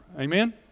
Amen